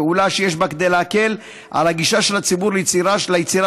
פעולה שיש בה כדי להקל על הציבור את הגישה ליצירה שהועמדה